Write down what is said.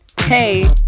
Hey